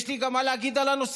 יש לי גם מה להגיד על הנושא,